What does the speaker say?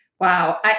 Wow